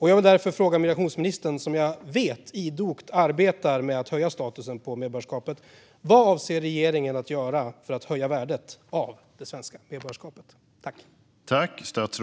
Jag vill därför fråga migrationsministern, som jag vet arbetar idogt med att höja medborgarskapets status: Vad avser regeringen att göra för att höja det svenska medborgarskapets värde?